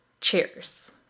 Cheers